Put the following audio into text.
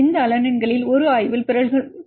இந்த அலனைன்களில் ஒரு ஆய்வில் பிறழ்வுகளாக்கபடலாம்